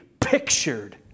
pictured